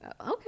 okay